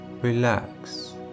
relax